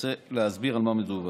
אני רוצה להסביר על מה מדובר.